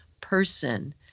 person